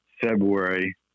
February